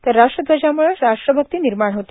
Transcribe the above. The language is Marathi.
तर राष्ट्रध्वजाम्ळं राष्ट्रभक्ती निर्माण होते